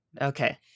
Okay